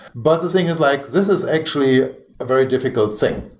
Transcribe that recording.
but the thing is like this is actually a very difficult thing,